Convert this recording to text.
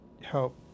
help